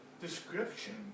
description